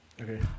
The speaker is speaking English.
Okay